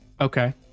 Okay